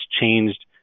changed